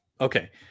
okay